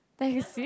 there you see